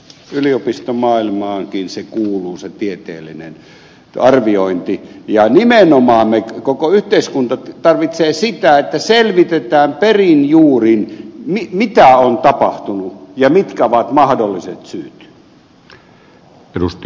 yliopistomaailmaankin kuuluu se tieteellinen arviointi ja nimenomaan koko yhteiskunta tarvitsee sitä että selvitetään perin juurin mitä on tapahtunut ja mitkä ovat mahdolliset syyt